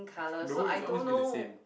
no it's always been the same